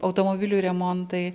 automobilių remontai